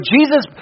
Jesus